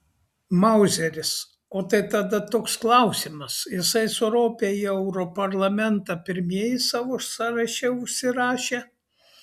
mauzeris o tai tada toks klausimas jisai su rope į europarlamentą pirmieji savo sąraše užsirašę